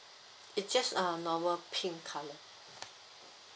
it's just a normal pink colour